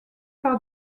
par